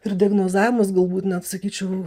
ir diagnozavimas galbūt net sakyčiau